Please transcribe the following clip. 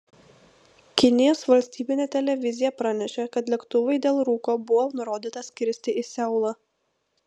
kinijos valstybinė televizija pranešė kad lėktuvui dėl rūko buvo nurodyta skristi į seulą